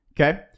Okay